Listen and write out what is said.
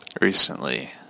recently